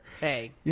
Hey